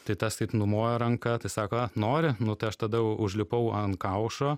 tai tas taip numojo ranka tai sako nori nu tai aš tada užlipau ant kaušo